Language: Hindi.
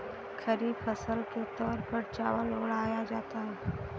खरीफ फसल के तौर पर चावल उड़ाया जाता है